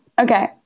Okay